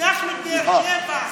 הזנחת את באר שבע,